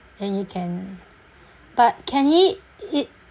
then you can but can he i~